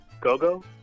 Gogo